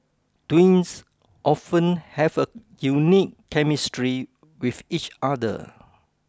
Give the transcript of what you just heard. twins often have a unique chemistry with each other